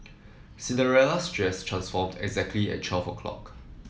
Cinderella's dress transformed exactly at twelfth o' clock